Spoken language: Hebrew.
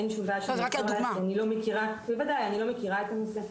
אין לי תשובה כי אני לא מכירה את הנושא,